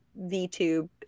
VTube